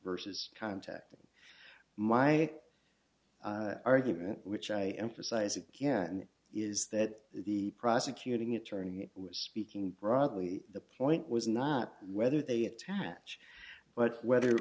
versus contacting my argument which i am for size again is that the prosecuting attorney was speaking broadly the point was not whether they attach but whether